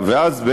ואז,